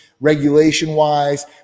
regulation-wise